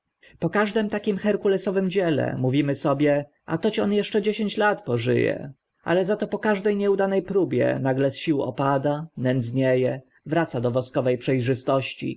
po każdym takim herkulesowym dziele mówimy sobie a toć on eszcze dziesięć lat poży e ale za to po każde nieudane próbie nagle z sił opada nędznie e wraca do woskowe prze